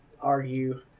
argue